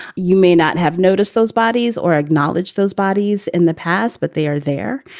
you may not have noticed those bodies or acknowledge those bodies in the past, but they are there.